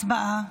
הצבעה.